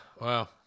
Wow